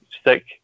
stick